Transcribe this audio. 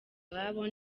ababo